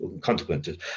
consequences